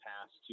past